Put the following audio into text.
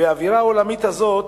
האווירה העולמית הזאת,